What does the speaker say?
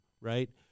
right